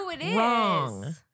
wrong